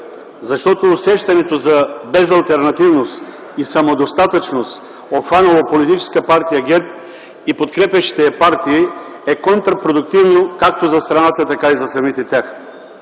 Защото усещането за безалтернативност и самодостатъчност, обхванало политическа партия ГЕРБ и подкрепящите я партии, е контрапродуктивно, както за страната, така и за самите тях.